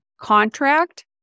contract